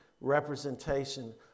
representation